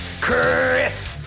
Chris